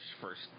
first